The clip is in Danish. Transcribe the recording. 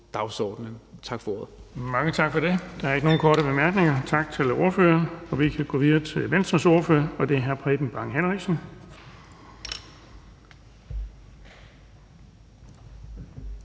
formand (Erling Bonnesen): Tak for det. Der er ikke nogen korte bemærkninger. Tak til ordføreren. Vi kan gå videre til Venstres ordfører, og det er hr. Preben Bang Henriksen.